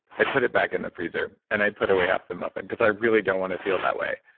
i put it back in the freezer and i put away half the muffin because i really don't want to feel that way.